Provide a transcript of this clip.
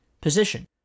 position